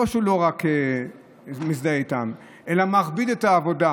לא רק שהוא לא מזדהה איתן אלא הוא מכביד את העבודה